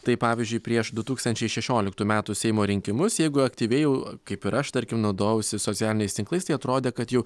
tai pavyzdžiui prieš du tūkstančiai šešioliktų metų seimo rinkimus jeigu aktyviai jau kaip ir aš tarkim naudojausi socialiniais tinklais tai atrodė kad jau